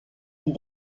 est